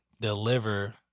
deliver